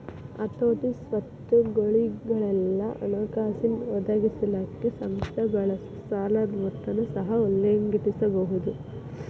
ಹತೋಟಿ, ಸ್ವತ್ತುಗೊಳಿಗೆಲ್ಲಾ ಹಣಕಾಸಿನ್ ಒದಗಿಸಲಿಕ್ಕೆ ಸಂಸ್ಥೆ ಬಳಸೊ ಸಾಲದ್ ಮೊತ್ತನ ಸಹ ಉಲ್ಲೇಖಿಸಬಹುದು